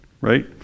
Right